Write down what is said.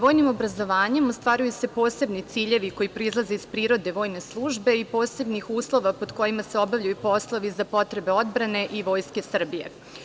Vojnim obrazovanjem ostvaruju se posebni ciljevi koji proizilaze iz prirode vojne službe i posebnih uslova pod kojima se obavljaju poslovi za potrebe odbrane i Vojske Srbije.